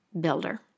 builder